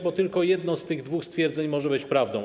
Bo tylko jedno z tych dwóch stwierdzeń może być prawdą.